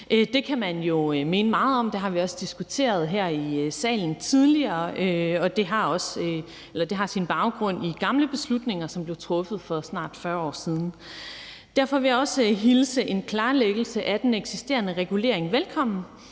Det kan man jo mene meget om, og det har vi også diskuteret her i salen tidligere, og det har sin baggrund i gamle beslutninger, som blev truffet for snart 40 år siden. Derfor vil jeg også hilse en klarlæggelse af den eksisterende regulering velkommen.